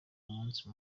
umunsi